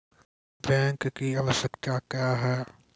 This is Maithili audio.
बैंक की आवश्यकता क्या हैं?